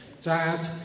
Dad